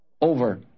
over